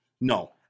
No